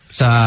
sa